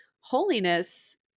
holiness